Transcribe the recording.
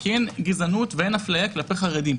כי אין גזענות ואין הפליה כלפי חרדים.